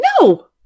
No